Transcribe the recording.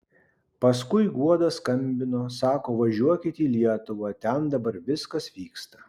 paskui guoda skambino sako važiuokit į lietuvą ten dabar viskas vyksta